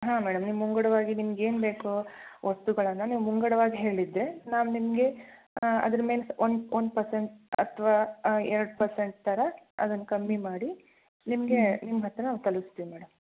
ಹಾಂ ಮೇಡಮ್ ನಿಮ್ಮ ಮುಂಗಡವಾಗಿ ನಿಮ್ಗೆ ಏನು ಬೇಕೋ ವಸ್ತುಗಳನ್ನು ನೀವು ಮುಂಗಡವಾಗಿ ಹೇಳಿದರೆ ನಾವು ನಿಮಗೆ ಅದ್ರ್ಮೇಲೆ ಒನ್ ಒನ್ ಪರ್ಸೆಂಟ್ ಅಥವಾ ಎರಡು ಪರ್ಸೆಂಟ್ ಥರ ಅದನ್ನು ಕಮ್ಮಿ ಮಾಡಿ ನಿಮಗೆ ನಿಮ್ಮ ಹತ್ತಿರ ತಲಪ್ಸ್ತಿವಿ ಮೇಡಮ್